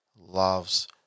loves